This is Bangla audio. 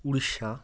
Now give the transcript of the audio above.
উড়িষ্যা